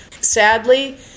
Sadly